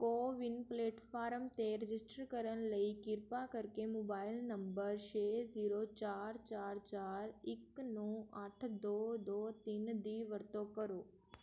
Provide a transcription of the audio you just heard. CoWIN platform 'ਤੇ register ਕਰਨ ਲਈ ਕਿਰਪਾ ਕਰਕੇ ਮੋਬਾਈਲ ਨੰਬਰ ਛੇ ਜ਼ੀਰੋ ਚਾਰ ਚਾਰ ਚਾਰ ਇੱਕ ਨੌ ਅੱਠ ਦੋ ਦੋ ਤਿੰਨ ਦੀ ਵਰਤੋਂ ਕਰੋ